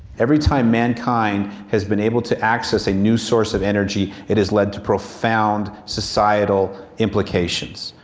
every time mankind has been able to access a new source of energy it has led to profound societal implications.